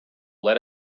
let